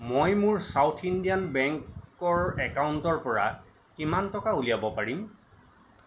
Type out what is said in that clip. মই মোৰ South Indian বেংকৰ একাউণ্টৰ পৰা কিমান টকা উলিয়াব পাৰিম